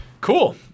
Cool